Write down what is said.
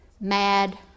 mad